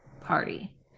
party